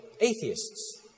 atheists